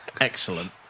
Excellent